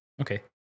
Okay